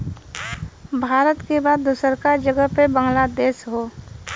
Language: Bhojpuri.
भारत के बाद दूसरका जगह पे बांग्लादेश हौ